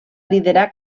liderar